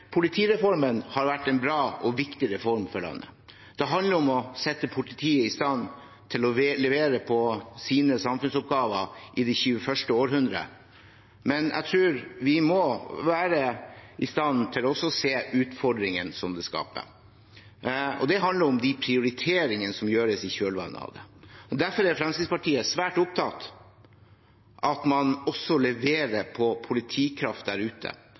Politireformen har vært en bra og viktig reform for landet. Det handler om å sette politiet i stand til å levere på sine samfunnsoppgaver i det 21. århundre. Men jeg tror vi må være i stand til å se utfordringene som blir skapt. Det handler om de prioriteringer som gjøres i kjølvannet av dette. Derfor er Fremskrittspartiet svært opptatt av at man også leverer på politikraft der ute